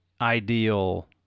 ideal